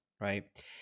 right